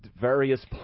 various